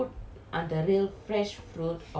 it will be more rich lah பாக்க போனா:paake pona